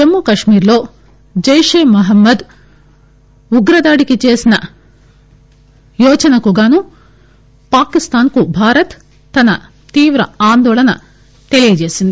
జమ్మూ కళ్మీర్ లో జైషేమహ్మద్ ఉగ్రదాడికి చేసిన యోచనకుగాను పాకిస్థాస్ కు భారత్ తన తీవ్ర ఆందోళన తెలియజేసింది